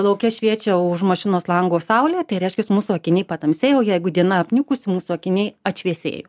lauke šviečia už mašinos lango saulė tai reiškias mūsų akiniai patamsėjo jeigu diena apniukusi mūsų akiniai atšviesėjo